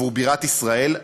עבור בירת ישראל,